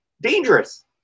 dangerous